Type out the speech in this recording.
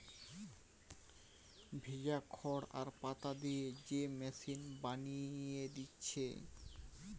ভিজা খড় আর পাতা দিয়ে যে মিশ্রণ বানিয়ে দিচ্ছে